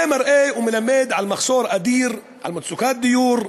זה מראה ומלמד על מחסור אדיר, על מצוקת דיור.